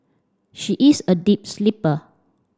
she is a deep sleeper